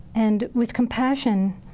and with compassion,